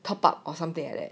top up or something like that